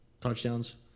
touchdowns